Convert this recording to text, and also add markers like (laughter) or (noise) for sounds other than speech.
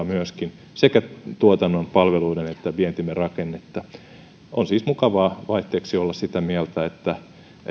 (unintelligible) myöskin monipuolistaa sekä tuotannon palveluiden että vientimme rakennetta on siis mukavaa vaihteeksi olla sitä mieltä että